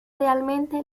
realmente